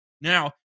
Now